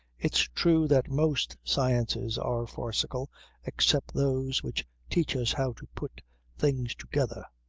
it's true that most sciences are farcical except those which teach us how to put things together.